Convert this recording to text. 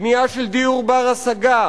בנייה של דיור בר-השגה,